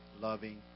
loving